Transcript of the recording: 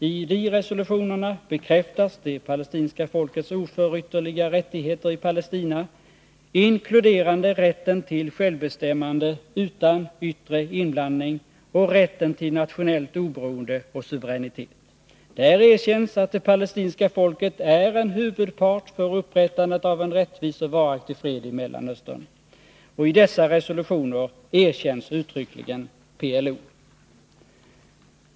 I de resolutionerna bekräftas det palestinska folkets oförytterliga rättigheter i Palestina, inkluderande rätten till självbestämmande utan yttre inblandning och rätten till nationellt oberoende och suveränitet. Där erkänns att det palestinska folket är en huvudpart för upprättandet av en rättvis och varaktig fred i Mellanöstern. Och i dessa resolutioner erkänns uttryckligen PLO.